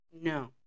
No